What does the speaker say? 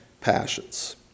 passions